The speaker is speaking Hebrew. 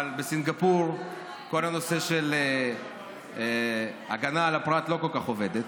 אבל בסינגפור כל הנושא של הגנה על הפרט לא כל כך עובד,